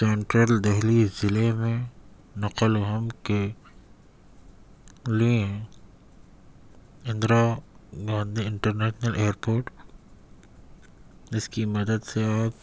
central Delhi ضلع میں نقل و حمل کے لیے ہیں Indira Gandhi international airport اس کی مدد سے آپ